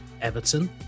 Everton